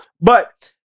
But-